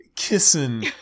kissing